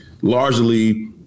largely